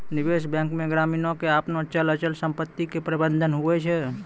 निबेश बेंक मे ग्रामीण के आपनो चल अचल समपत्ती के प्रबंधन हुवै छै